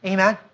Amen